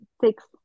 six